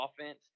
offense